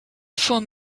form